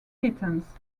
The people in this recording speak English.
titans